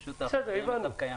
בסדר, הבנו.